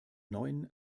neuen